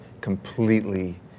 completely